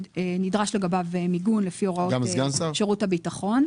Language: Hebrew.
שנדרש לגביו מיגון לפי הוראות שירות הביטחון.